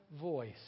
voice